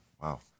Wow